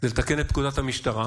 לתקן את פקודת המשטרה,